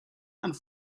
and